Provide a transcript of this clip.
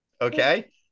Okay